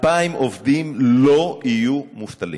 2,000 עובדים לא יהיו מובטלים.